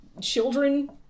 children